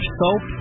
soap